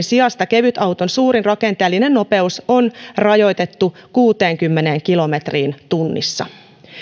sijasta kevytauton suurin rakenteellinen nopeus on rajoitettu kuuteenkymmeneen kilometriin tunnissa